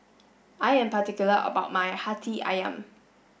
I am particular about my Hati Ayam